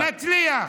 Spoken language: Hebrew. נצליח.